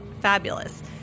Fabulous